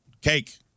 Cake